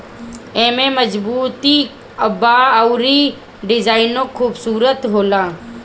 एमे मजबूती बा अउर डिजाइनो खुबसूरत होला